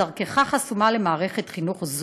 דרכך חסומה למערכת חינוך זו.